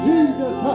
Jesus